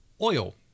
oil